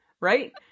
Right